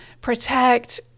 protect